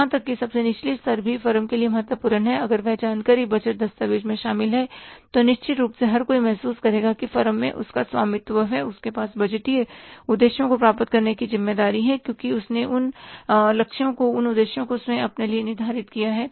यहां तक कि सबसे निचली स्तर भी फर्म के लिए महत्वपूर्ण है अगर वह जानकारी बजट दस्तावेज़ में शामिल है तो निश्चित रूप से हर कोई महसूस करेगा कि फर्म में उसका स्वामित्व है उसके पास बजटीय उद्देश्यों को प्राप्त करने की ज़िम्मेदारी है क्योंकि उसने उन लक्ष्यों को उन उद्देश्यों को स्वयं अपने लिए निर्धारित किया है